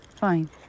Fine